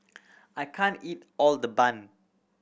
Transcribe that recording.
I can't eat all the bun